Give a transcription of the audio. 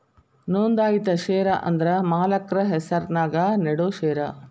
ನೋಂದಾಯಿತ ಷೇರ ಅಂದ್ರ ಮಾಲಕ್ರ ಹೆಸರ್ನ್ಯಾಗ ನೇಡೋ ಷೇರ